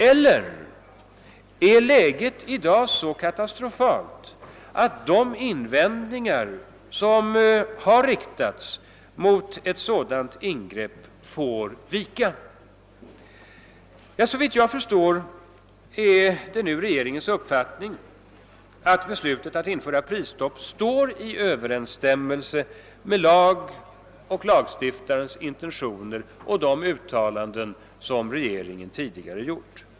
Eller är läget i dag så katastrofalt, att de invändningar som har riktats mot ett sådant ingrepp får vika? Såvitt jag förstår är det nu regeringens uppfattning, att beslutet att införa prisstopp står i överensstämmelse med lagen och lagstiftarnas intentioner och med de uttalanden som regeringen tidigare gjort.